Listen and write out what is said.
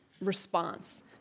response